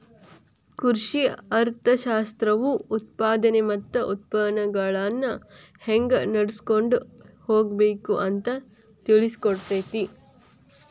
ಕೃಷಿ ಅರ್ಥಶಾಸ್ತ್ರವು ಉತ್ಪಾದನೆ ಮತ್ತ ಉತ್ಪನ್ನಗಳನ್ನಾ ಹೆಂಗ ನಡ್ಸಕೊಂಡ ಹೋಗಬೇಕು ಅಂತಾ ತಿಳ್ಸಿಕೊಡತೈತಿ